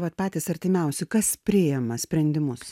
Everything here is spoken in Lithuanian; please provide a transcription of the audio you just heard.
vat patys artimiausi kas priima sprendimus